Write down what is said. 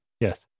Yes